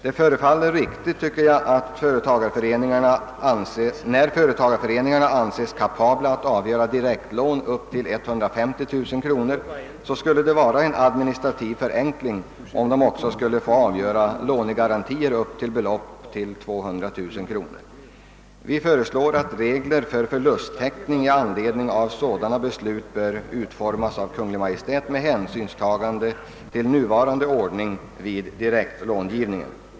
Det förefaller riktigt, när företagareföreningarna anses kapabla att avgöra direktlån upp till 150 000 kronor, att de också bör få avgöra lånegarantier upp till ett belopp av 200 000 kronor. Vi föreslår att regler för förlusttäckning i anledning av sådana beslut bör utformas av Kungl. Maj:t med hänsynstagande till nuvarande ordning vid direktlångivning.